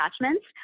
attachments